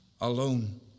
alone